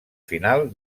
final